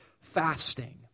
fasting